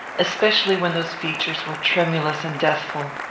especially when those features were tremulous and deathful.